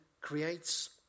creates